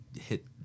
hit